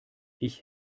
ich